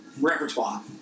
repertoire